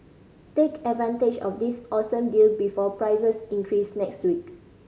take advantage of this awesome deal before prices increase next week